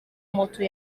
moto